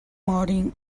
martin